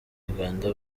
uganda